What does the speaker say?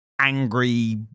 angry